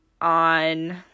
on